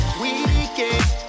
weekend